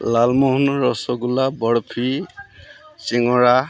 লালমোহন ৰসগোল্লা বৰফি চিঙৰা